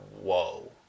whoa